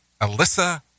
Alyssa